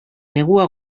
negua